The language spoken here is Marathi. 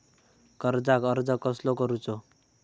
कर्जाक अर्ज कसो करूचो?